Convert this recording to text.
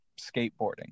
skateboarding